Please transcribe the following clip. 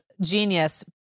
genius